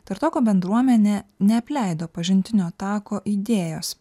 tartoko bendruomenė neapleido pažintinio tako idėjos